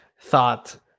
thought